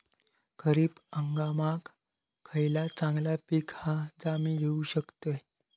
खरीप हंगामाक खयला चांगला पीक हा जा मी घेऊ शकतय?